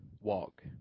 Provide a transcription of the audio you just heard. walk